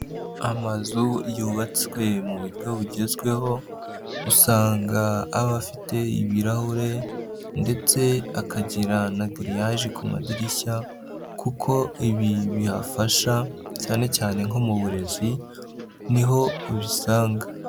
Amazu yubatswe mu buryo bugezweho, usanga aba afite ibirahure ndetse akagira na giriyaje ku madirishya, kuko ibi bihafasha cyane cyane nko mu burezi ni ho ubisanga.